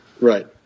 Right